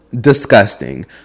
Disgusting